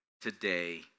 today